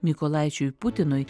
mykolaičiui putinui